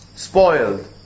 spoiled